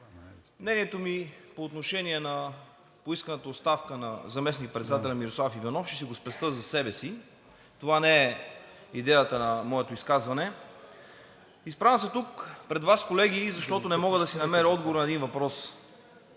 Мнението ми по отношение на поисканата оставка на заместник-председателя Мирослав Иванов ще си го спестя за себе си. Това не е идеята на моето изказване. Изправям се тук пред Вас, колеги, защото не мога да си намеря отговор на един въпрос.